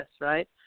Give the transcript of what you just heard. right